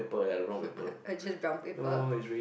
I choose brown paper